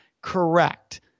Correct